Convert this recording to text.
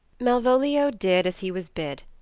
malvolio did as he was bid,